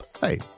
Hey